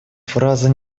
фраза